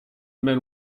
men